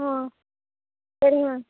ஆ சரிங்க மேம்